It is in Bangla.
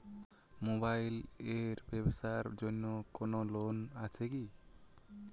মোবাইল এর ব্যাবসার জন্য কোন লোন আছে কি?